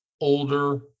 older